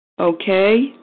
Okay